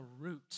root